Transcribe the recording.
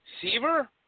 Seaver